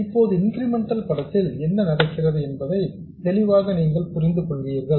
இப்போது இன்கிரிமெண்டல் படத்தில் என்ன நடக்கிறது என்பதை தெளிவாக நீங்கள் புரிந்து கொள்வீர்கள்